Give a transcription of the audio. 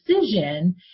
decision